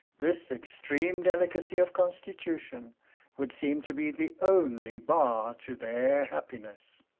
this extreme delicacy of constitution would seem to be the only bar to their happiness.